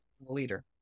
leader